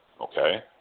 Okay